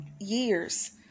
years